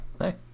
Hey